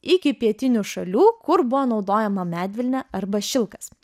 iki pietinių šalių kur buvo naudojama medvilnė arba šilkas